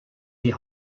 die